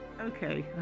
Okay